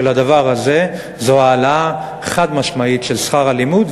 הדבר הזה זו העלאה חד-משמעית של שכר הלימוד,